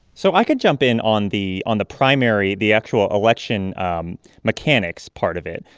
so i could jump in on the on the primary, the actual election um mechanics part of it.